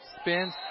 spins